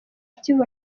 kivu